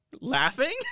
Laughing